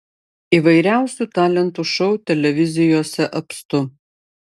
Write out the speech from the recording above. įvairiausių talentų šou televizijose apstu